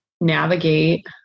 navigate